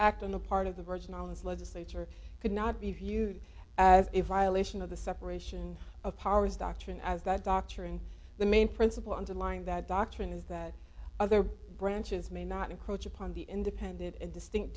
act on the part of the virgin islands legislature could not be viewed as a violation of the separation of powers doctrine as the doctrine the main principle underlying that doctrine is that other branches may not encroach upon the independent and distinct